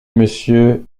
monsieur